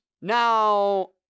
Now